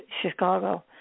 Chicago